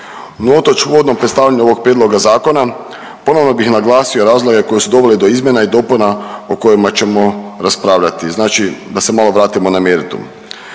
unatoč uvodnom predstavljaju ovog prijedloga zakona ponovno bih naglasio razloge koji su doveli do izmjena i dopuna o kojima ćemo raspravljati, znači da se malo vratimo na meritum.